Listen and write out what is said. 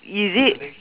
is it